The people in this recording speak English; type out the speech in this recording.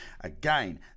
Again